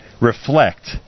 reflect